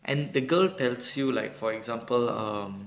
and the girl tells you like for example um